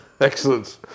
Excellent